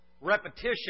repetition